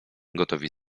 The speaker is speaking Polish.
gotowi